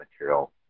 material